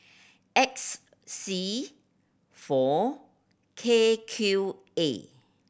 X C four K Q A